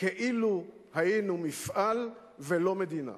כאילו היינו מפעל ולא מדינה.